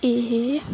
ਇਹ